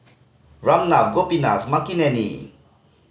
Ramnath Gopinath Makineni